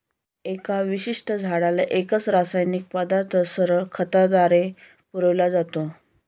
एका विशिष्ट झाडाला एकच रासायनिक पदार्थ सरळ खताद्वारे पुरविला जातो